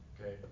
okay